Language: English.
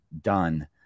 done